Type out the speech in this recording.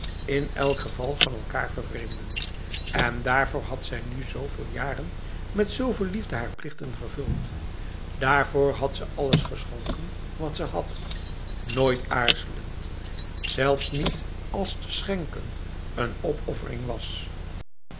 in elk geval van elkaar vervreemden en daarvoor had zij nu zoveel jaren met zoveel liefde haar plichten vervuld daarvoor had ze alles geschonken wat ze had nooit aarzelend zelfs niet als te schenken een opoffering was